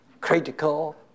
critical